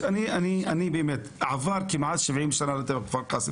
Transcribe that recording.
עזבתי בספטמבר 2018 וכעבור יומיים בערך עברתי את המתרס ונהפכתי לחוקר,